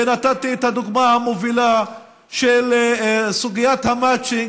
ונתתי את הדוגמה המובילה של סוגיית המצ'ינג,